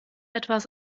etwas